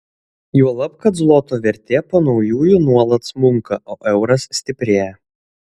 juolab kad zloto vertė po naujųjų nuolat smunka o euras stiprėja